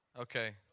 Okay